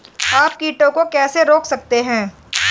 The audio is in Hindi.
आप कीटों को कैसे रोक सकते हैं?